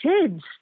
kids